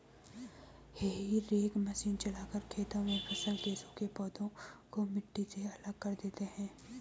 हेई rake machine चलाकर खेतों में फसल के सूखे पौधे को मिट्टी से अलग कर देते हैं